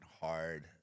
hard